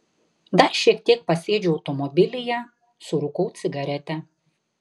dar šiek tiek pasėdžiu automobilyje surūkau cigaretę